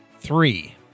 three